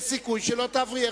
יש סיכוי שלא תעבירי.